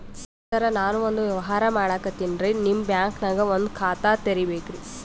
ಸರ ನಾನು ಒಂದು ವ್ಯವಹಾರ ಮಾಡಕತಿನ್ರಿ, ನಿಮ್ ಬ್ಯಾಂಕನಗ ಒಂದು ಖಾತ ತೆರಿಬೇಕ್ರಿ?